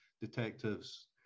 detectives